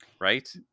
right